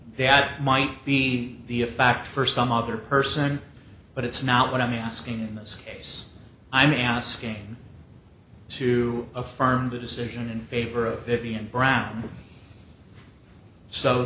that might be the a fact for some other person but it's not what i'm asking in this case i'm asking you to affirm the decision in favor of vivian brown so